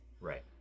right